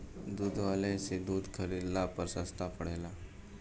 दुग्धालय से दूध खरीदला पर सस्ता पड़ेला?